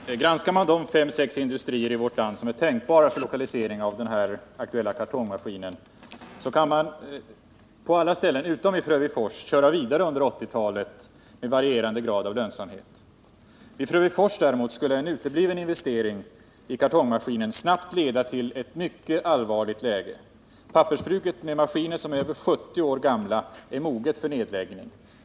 Herr talman! Granskar man de fem sex industrier i vårt land som är tänkbara för lokalisering av den här aktuella kartongmaskintillverkningen finner man, att man på alla ställen utom i Frövifors kan köra vidare under 1980-talet med varierande grad av lönsamhet. I Frövifors däremot skulle en utebliven investering i kartongmaskinen snabbt leda till ett mycket allvarligt läge. Pappersbruket med maskiner, som är över 70 år gamla, är moget för nedläggning.